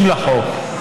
30 לחוק,